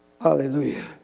Hallelujah